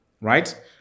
Right